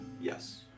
yes